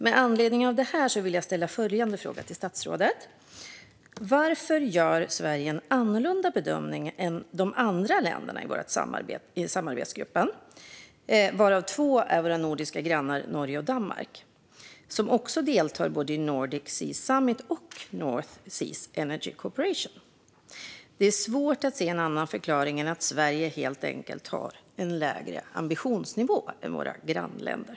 Med anledning av detta vill jag ställa följande fråga till statsrådet: Varför gör Sverige en annorlunda bedömning än de andra länderna i samarbetsgruppen, varav två är våra nordiska grannar Norge och Danmark? Båda dessa deltar i såväl Nordic Sea Summit som North Seas Energy Cooperation. Det är svårt att se en annan förklaring än att Sverige helt enkelt har en lägre ambitionsnivå än våra grannländer.